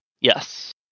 Yes